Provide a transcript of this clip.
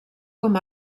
com